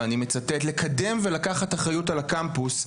ואני מצטט "לקדם ולקחת אחריות על הקמפוס,